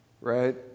right